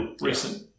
Recent